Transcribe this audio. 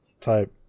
type